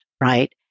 right